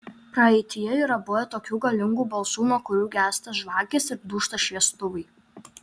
praeityje yra buvę tokių galingų balsų nuo kurių gęsta žvakės ir dūžta šviestuvai